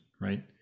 right